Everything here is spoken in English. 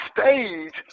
stage